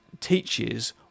teaches